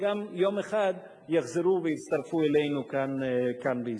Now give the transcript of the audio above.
שהם יום אחד יחזרו ויצטרפו אלינו כאן בישראל.